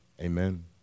Amen